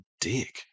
dick